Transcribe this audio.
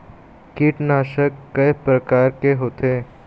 कीटनाशक कय प्रकार के होथे?